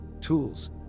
tools